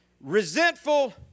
resentful